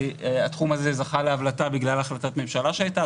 התחום הזה זכה להבלטה בגלל החלטת ממשלה שהייתה,